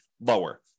lower